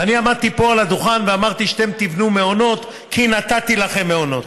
ואני עמדתי פה על הדוכן ואמרתי שאתם תבנו מעונות כי נתתי לכם מעונות.